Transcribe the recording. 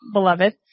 Beloved